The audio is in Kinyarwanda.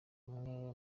umwe